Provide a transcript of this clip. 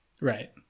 Right